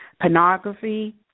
Pornography